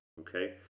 Okay